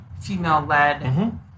female-led